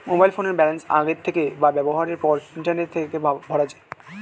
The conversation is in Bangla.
মোবাইল ফোনের ব্যালান্স আগের থেকে বা ব্যবহারের পর ইন্টারনেট থেকে ভরা যায়